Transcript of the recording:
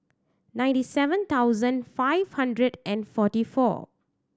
ninety seven thousand five hundred and forty four